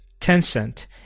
Tencent